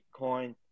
Bitcoin